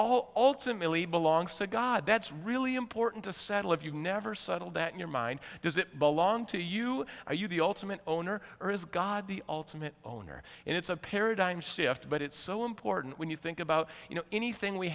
all alternately belongs to god that's really important to settle if you never settle that your mind does it belong to you are you the ultimate owner or is god the ultimate owner and it's a paradigm shift but it's so important when you think about you know anything we